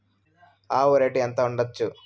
ఆవు రేటు ఎంత ఉండచ్చు?